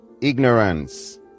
ignorance